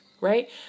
right